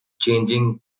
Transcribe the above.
changing